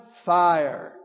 fire